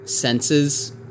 senses